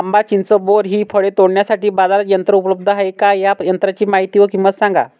आंबा, चिंच, बोर हि फळे तोडण्यासाठी बाजारात यंत्र उपलब्ध आहेत का? या यंत्रांची माहिती व किंमत सांगा?